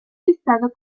listado